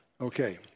okay